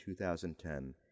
2010